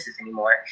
anymore